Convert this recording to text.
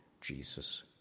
Jesus